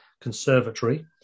Conservatory